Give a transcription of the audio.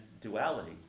duality